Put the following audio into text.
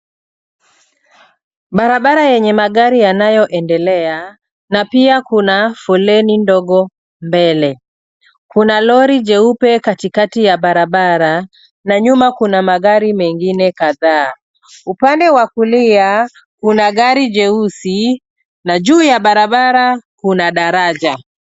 Barabara yenye magari yanayoendelea. Na pia kuna foleni ndogo mbele. Kuna lori jeupe katikati ya barabara na nyuma kuna magari mengine kadhaa. Upande wa kulia kuna gari jeusi na juu ya barabara kuna daraja.